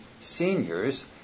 seniors